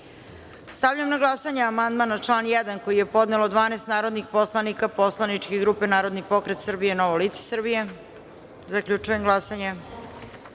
na glasanje amandman na član 4. koji je podnelo 12 narodnih poslanika poslaničke grupe Narodni pokret Srbije – Novo lice Srbije. Zaključujem glasanje: